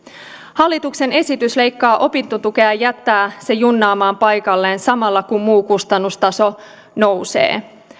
hallituksen esitys leikkaa opintotukea ja jättää sen junnaamaan paikalleen samalla kun muu kustannustaso nousee